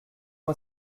moi